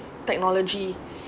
technology